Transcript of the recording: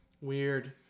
Weird